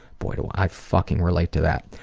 boy, do i fucking relate to that.